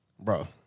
bro